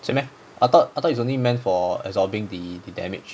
是 meh I thought I thought it's only meant for absorbing the the damage